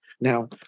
now